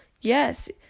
Yes